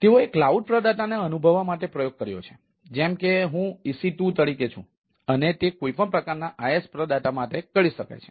તેથી તેઓએ ક્લાઉડ પ્રદાતાને અનુભવવા માટે પ્રયોગ કર્યો છે જેમ કે હું EC2 તરીકે છું અને તે કોઈપણ પ્રકારના IS પ્રદાતા માટે કરી શકાય છે